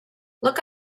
look